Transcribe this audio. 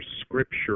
scripture